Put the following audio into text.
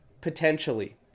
Potentially